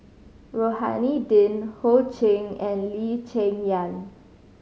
Rohani Din Ho Ching and Lee Cheng Yan